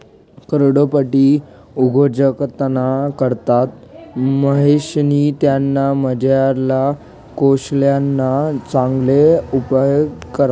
करोडपती उद्योजकताना करता महेशनी त्यानामझारला कोशल्यना चांगला उपेग करा